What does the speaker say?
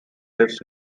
lives